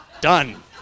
done